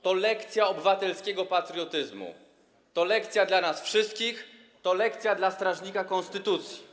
To lekcja obywatelskiego patriotyzmu, to lekcja dla nas wszystkich, to lekcja dla strażnika konstytucji.